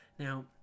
Now